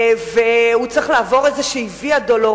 והוא צריך לעבור איזו ויה-דולורוזה